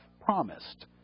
promised